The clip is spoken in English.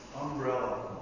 umbrella